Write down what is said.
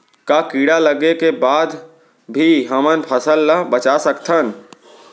का कीड़ा लगे के बाद भी हमन फसल ल बचा सकथन?